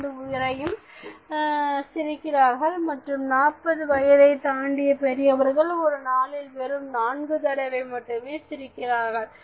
5 உரையும் சிரிக்கிறார்கள் மற்றும் 40 வயதை தாண்டிய பெரியவர்கள் ஒரு நாளில் வெறும் நான்கு தடவை மட்டுமே சிரிக்கிறார்